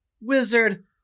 wizard